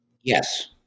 Yes